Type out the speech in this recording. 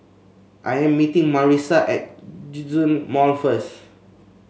I am meeting Marissa at Djitsun Mall first